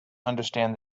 understand